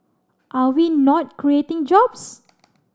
are we not creating jobs